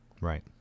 Right